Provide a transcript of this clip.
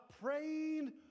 praying